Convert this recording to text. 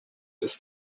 ist